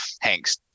hank's